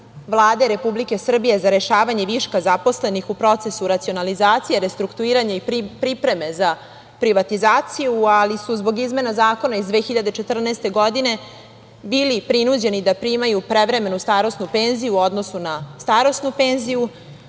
Vlade Republike Srbije za rešavanje viška zaposlenih u procesu racionalizacije, restrukturiranja i pripreme za privatizaciju, ali su zbog imena zakona iz 2014. godine bili prinuđeni da primaju prevremenu starosnu penziju u odnosu na starosnu penziju